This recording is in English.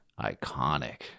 iconic